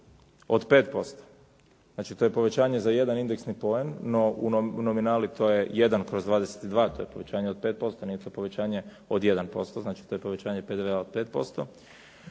od 5%, znači to je povećanje za 1 indeksni poen, no u nominali to je 1/22, to je povećanje od 5%, nije to povećanje od 1%, znači to je povećanje PDV-a od 5%,